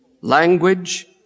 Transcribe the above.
language